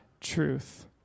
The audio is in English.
truth